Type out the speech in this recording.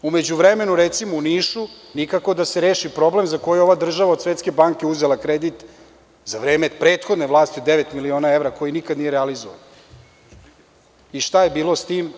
U međuvremenu, recimo, u Nišu nikako da se reši problem za koje ova država od Svetske banke uzela kredit za vreme prethodne vlasti, devet miliona evra koje nikad nije realizovala i šta je bilo s tim?